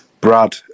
Brad